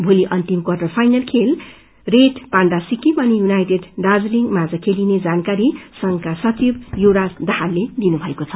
भोलि अन्तिम quarter final खेल रेड पाण्डा सिक्किम अनि यूनाईटेड दार्जीलिङ माझ खेलिने जानकारी संघका सचिव युवराज दाहलले दिनुमएको छ